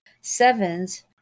Sevens